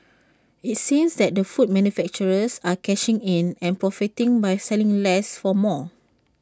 IT seems that food manufacturers are cashing in and profiting by selling less for more